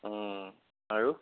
আৰু